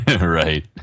Right